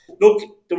look